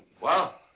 well?